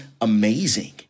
amazing